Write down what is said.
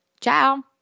Ciao